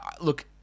Look